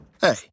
Hey